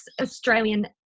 australian